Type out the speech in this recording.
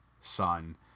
son